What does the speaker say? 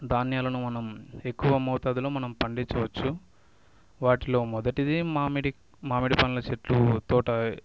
ధాన్యాలను మనం ఎక్కువ మోతాదులో మనం పండించవచ్చు వాటిలో మొదటిది మామిడి మామిడి పండ్ల చెట్లు తోట